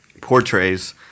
portrays